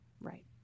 Right